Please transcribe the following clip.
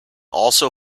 also